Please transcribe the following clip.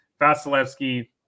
Vasilevsky